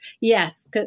Yes